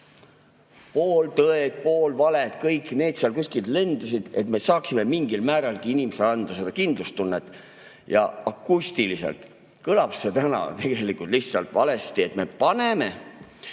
Pooltõed, poolvaled, kõik need kuskil lendasid. Et me saaksime mingil määralgi inimesele anda kindlustunnet ... Akustiliselt kõlab see täna lihtsalt valesti, et me paneme